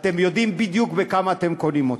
אתם יודעים בדיוק בכמה אתם קונים אותם.